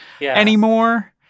anymore